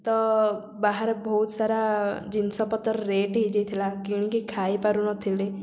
ତ ବାହାରେ ବହୁତ ସାରା ଜିନିଷ ପତ୍ର ରେଟ୍ ହେଇଯାଇଥିଲା କିଣିକି ଖାଇ ପାରୁନଥିଲେ